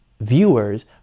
viewers